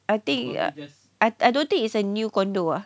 I think I I don't think is a new condo ah